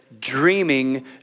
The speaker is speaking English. dreaming